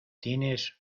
tienes